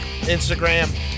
Instagram